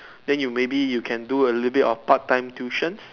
they you maybe you can do a little bit of part time tuitions